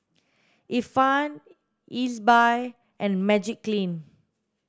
Ifan Ezbuy and Magiclean